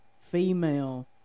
female